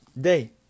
day